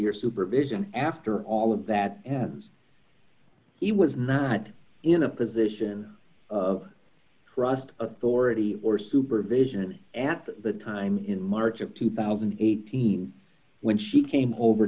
or supervision after all of that he was not in a position of trust authority or supervision at the time in march of two thousand and eighteen when she came over